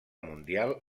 mundial